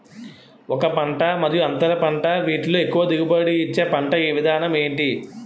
ఒక పంట మరియు అంతర పంట వీటిలో ఎక్కువ దిగుబడి ఇచ్చే పంట విధానం ఏంటి?